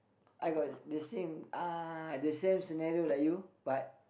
I got the same scenario like you but